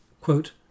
quote